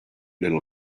little